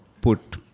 put